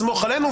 סמוך עלינו,